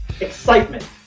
excitement